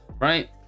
right